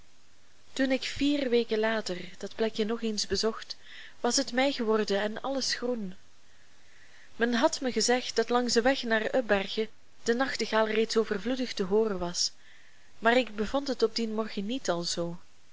toen ik vier weken later dat plekje nog eens bezocht was het mei geworden en alles groen men had mij gezegd dat langs den weg naar ubbergen de nachtegaal reeds overvloedig te hooren was maar ik bevond het op dien morgen niet alzoo